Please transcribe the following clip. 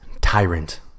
tyrant